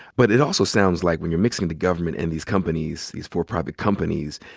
but it also sounds like when you're mixing the government and these companies, these for-profit companies,